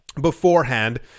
beforehand